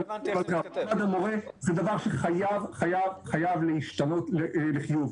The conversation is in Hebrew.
מעמד המורה זה דבר שחייב חייב חייב להשתנות לחיוב.